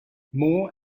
more